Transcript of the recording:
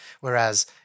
whereas